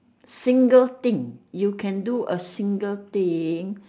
a single thing you can do a single thing